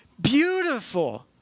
Beautiful